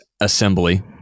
assembly